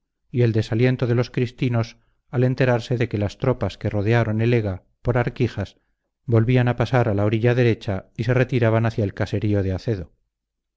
y el desaliento de los cristinos al enterarse de que las tropas que rodearon el ega por arquijas volvían a pasar a la orilla derecha y se retiraban hacia el caserío de acedo